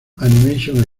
animation